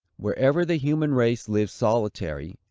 wherever the human race live solitary,